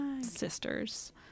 sisters